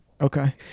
Okay